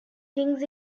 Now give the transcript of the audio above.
thinks